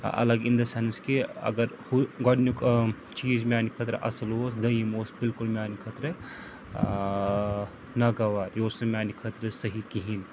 الگ in the sense کہِ اگر ہُہ گۄڈٕنیُک چیٖز میٛانہِ خٲطرٕ اَصٕل اوس دٔیِم اوس بالکُل میٛانہِ خٲطرٕ ناگوار یہِ اوس نہٕ میٛانہِ خٲطرٕ صحیح کِہینۍ